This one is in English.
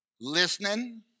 Listening